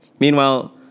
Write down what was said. Meanwhile